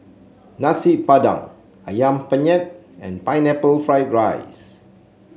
Nasi Padang ayam Penyet and Pineapple Fried Rice